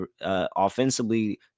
offensively